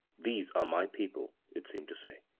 these are my people, it seemed to say.